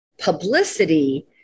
publicity